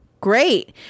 great